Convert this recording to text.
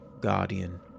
guardian